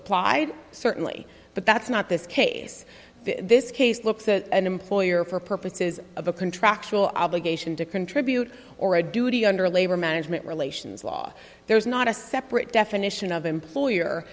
applied certainly but that's not this case this case looks at an employer for purposes of a contractual obligation to contribute or a duty under labor management relations law there is not a separate definition of employer